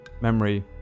memory